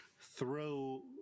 throw